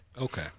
Okay